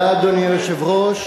אדוני היושב-ראש,